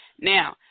Now